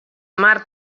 mar